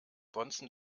bonzen